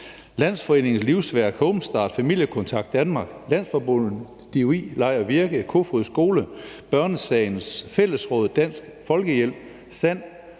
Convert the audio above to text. Landsforeningen LIVSVÆRK, HOME-START, Familiekontakt Danmark, Landsforbundet DUI-LEG og VIRKE, Kofoeds Skole, Børnesagens Fællesråd, Dansk Folkehjælp, SAND,